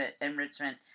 enrichment